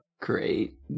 Great